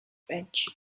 french